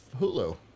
Hulu